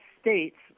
states